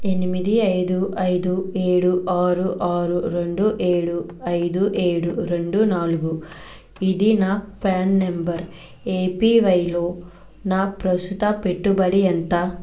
ఎనిమిది ఐదు ఐదు ఏడు ఆరు ఆరు రెండు ఏడు ఐదు ఏడు రెండు నాలుగు ఇది నా ప్రాన్ నంబర్ ఏపివైలో నా ప్రస్తుత పెట్టుబడి ఎంత